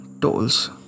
tolls